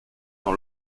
dans